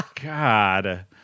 God